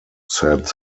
said